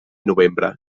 novembre